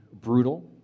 brutal